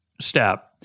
step